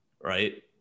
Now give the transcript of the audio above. right